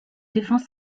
défense